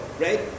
right